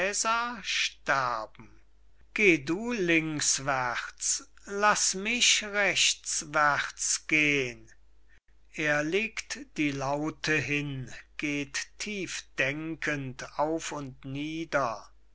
sterben geh du linkwärts laß mich rechtwärts gehn er legt die laute hin geht tiefdenkend auf und nieder